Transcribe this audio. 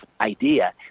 idea